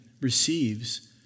receives